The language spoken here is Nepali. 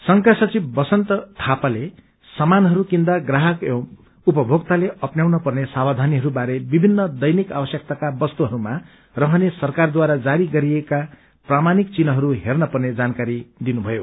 संघक्रा सचिव वसन्त थापाले सामानहरू किन्दा प्राहक एवं उपभोक्ताले अन्नाउन पर्ने सावधानीहरू बारे विभिन्न दैनिक आवश्यकताका वस्तुहरूमा रहने सरकारद्वारा जारी गरिएका प्रामाणिक चिन्हहरू हेर्न पर्ने जानकारी दिनुथयो